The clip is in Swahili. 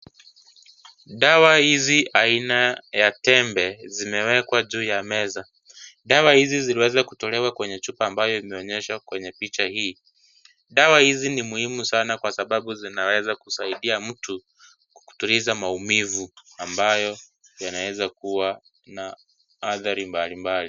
Dawa hizi aina ya tembe zimewekwa juu ya meza. Dawa hizi zimeweza kutolewa kwenye chupa ambayo imeonyeshwa kwenye picha hii. Dawa hizi ni muhimu sana kwa sababu zinaweza kusidia mtu kutuliza maumivu ambayo yanaweza kuwa na hathari mbali mbali.